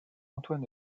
antoine